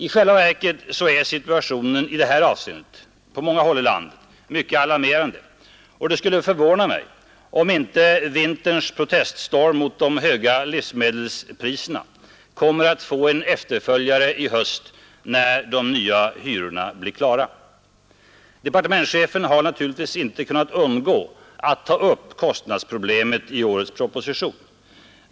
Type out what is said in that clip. I själva verket är situationen i detta avseende på många håll i landet mycket alarmerande, och det skulle förvåna mig om inte vinterns proteststorm mot de höga livsmedelspriserna kommer att få en efterföljare i höst, när de nya hyrorna blir klara. Departementschefen har naturligtvis inte kunnat undgå att ta upp kostnadsproblemet i årets proposition.